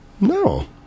No